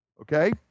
Okay